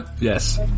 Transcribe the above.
Yes